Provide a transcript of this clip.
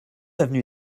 avenue